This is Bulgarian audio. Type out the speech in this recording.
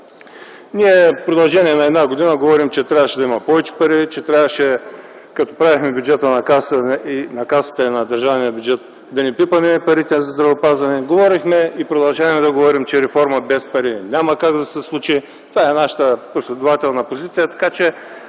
Ние в продължение на една година говорим, че трябваше да има повече пари, че трябваше като правихме бюджета на Касата и в държавния бюджет да не пипаме парите за здравеопазване. Говорихме и продължаваме да говорим, че реформа без пари няма как да се случи. Това е нашата последователна позиция.